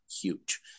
huge